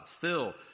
fill